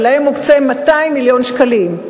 ולהם מוקצים 200 מיליון שקלים.